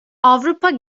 avrupa